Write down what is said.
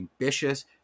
ambitious